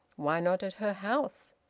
why not at her house?